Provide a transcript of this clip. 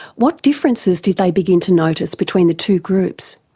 what differences did they begin to notice between the two groups?